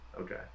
Okay